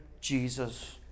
Jesus